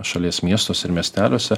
šalies miestuose ir miesteliuose